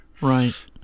Right